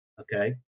okay